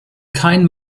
kein